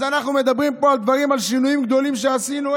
אז אנחנו מדברים פה על שינויים גדולים שעשינו.